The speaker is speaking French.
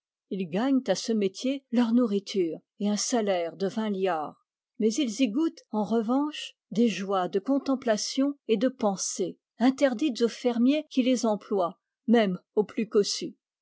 ils gagnent à ce métier leur nourriture et un salaire de vingt liards mais ils y goûtent en revanche des joies de contemplation et de pensée interdites aux fermiers qui les emploient même aux plus cossus